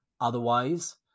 otherwise